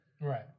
Right